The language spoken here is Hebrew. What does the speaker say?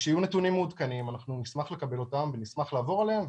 כשיהיו נתונים מעודכנים נשמח לקבל אותם ולעבור עליהם,